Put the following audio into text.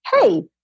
hey